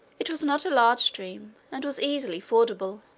it was not a large stream, and was easily fordable.